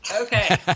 Okay